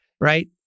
right